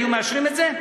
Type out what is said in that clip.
היו מאשרים את זה?